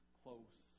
close